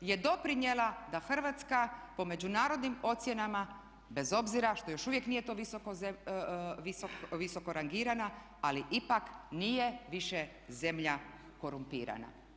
je doprinijela da Hrvatska po međunarodnim ocjenama bez obzira što još uvijek nije to visoko rangirana, ali ipak nije više zemlja korumpirana.